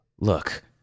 Look